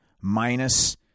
minus